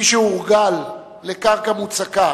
מי שהורגל לקרקע מוצקה